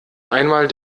einmal